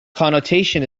connotation